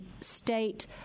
state